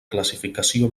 classificació